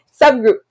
Subgroup